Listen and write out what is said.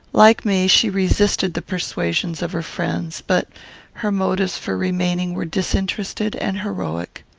like me, she resisted the persuasions of her friends, but her motives for remaining were disinterested and heroic.